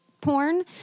porn